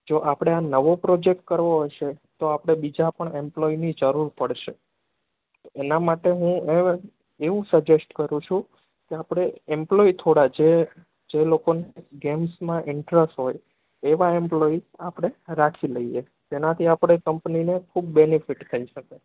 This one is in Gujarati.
જો આપણે આ નવો પ્રોજેક્ટ કરવો હશે તો આપણે બીજા પણ એમ્પ્લોયીની જરૂર પડશે એના માટે હું એવું સજેસ્ટ કરું છું કે આપણે એમ્પ્લોયી થોડા જે જે લોકોને ગેમ્સમાં ઇન્ટરેસ્ટ હોય એવાં એમ્પ્લોયી આપણે રાખી લઈએ તેનાથી આપણે કંપનીને ખૂબ બેનિફિટ થઈ શકે